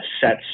sets